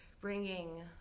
bringing